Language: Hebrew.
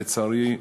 לצערי,